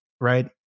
right